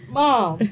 mom